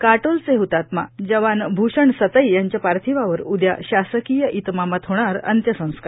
काटोलचे शहीद जवान भूषण सतई यांच्या पार्थिवावर उद्या शासकीय इतमामात होणार अंत्य संस्कार